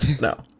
No